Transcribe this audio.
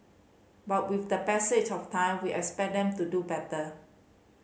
but with the passage of time we expect them to do better